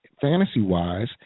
fantasy-wise